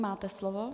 Máte slovo.